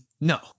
No